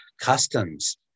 customs